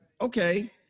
Okay